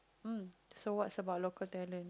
um so what about local talent